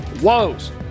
woes